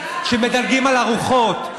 שמדלגים על ארוחות,